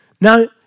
Now